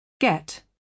get